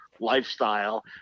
lifestyle